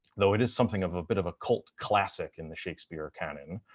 though it is something of a bit of a cult classic in the shakespeare canon,